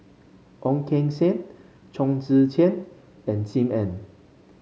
Ong Keng Sen Chong Tze Chien and Sim Ann